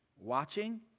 watching